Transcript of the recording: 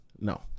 No